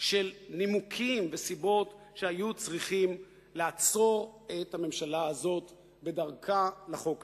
של נימוקים וסיבות שהיו צריכים לעצור את הממשלה הזאת בדרכה לחוק הזה.